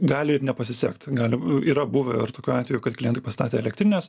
gali ir nepasisekt gali yra buvę ir tokių atvejų kad klientai pastatė elektrines